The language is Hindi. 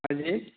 हाँ जी